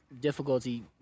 difficulty